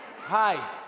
Hi